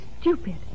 stupid